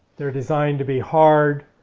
they're designed to be hard,